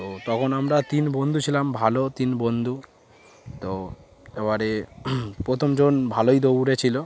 তো তখন আমরা তিন বন্ধু ছিলাম ভালো তিন বন্ধু তো এবারে প্রথমজন ভালোই দৌড়েছিলো